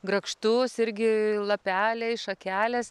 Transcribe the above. grakštus irgi lapeliai šakelės